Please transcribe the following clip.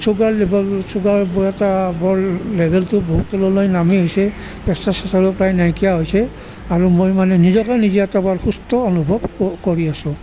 sugar sugar মোৰ এটা বৰ লেবেলটো বহুত তললৈ নামি আহিছে প্ৰেচাৰ চেচাৰো প্ৰায় নাইকীয়া হৈছে আৰু মই মানে নিজকে নিজে এটা বৰ সুস্থ অনুভৱ কৰি আছোঁ